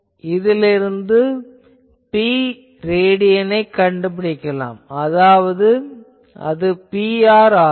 இதிலிருந்து Prad கண்டுபிடிக்கலாம் அது Pr ஆகும்